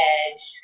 Edge